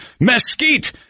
mesquite